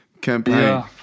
campaign